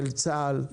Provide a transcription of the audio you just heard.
של צה"ל,